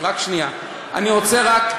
אני יודע.